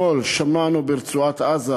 ברצועת-עזה